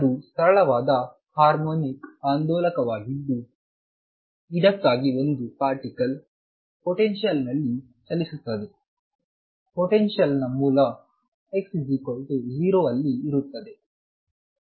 ಅದು ಸರಳವಾದ ಹಾರ್ಮೋನಿಕ್ ಆಂದೋಲಕವಾಗಿದ್ದು ಇದಕ್ಕಾಗಿ ಒಂದು ಪಾರ್ಟಿಕಲ್ ಪೊಟೆನ್ಶಿಯಲ್ ನಲ್ಲಿ ಚಲಿಸುತ್ತದೆ ಪೊಟೆನ್ಶಿಯಲ್ ನ ಮೂಲ x0 ಅಲ್ಲಿ ಇರುತ್ತದೆ